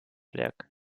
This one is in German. werk